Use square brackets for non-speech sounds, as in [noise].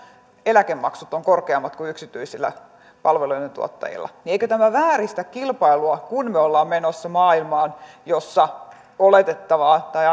eläkemaksut ovat korkeammat kuin yksityisillä palveluidentuottajilla niin eikö tämä vääristä kilpailua kun me olemme menossa maailmaan jossa on oletettavaa tai [unintelligible]